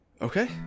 Okay